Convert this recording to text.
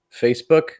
Facebook